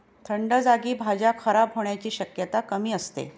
थंड जागी भाज्या खराब होण्याची शक्यता कमी असते